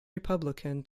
republican